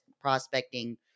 prospecting